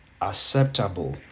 acceptable